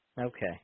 Okay